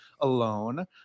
alone